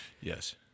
Yes